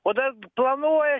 o dar planuoja